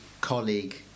colleague